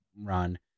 run